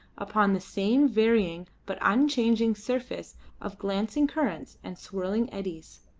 upon the same varying but unchanged surface of glancing currents and swirling eddies.